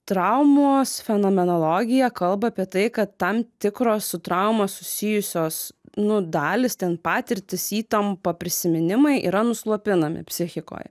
traumos fenomenologija kalba apie tai kad tam tikros su trauma susijusios nu dalys ten patirtys įtampa prisiminimai yra nuslopinami psichikoj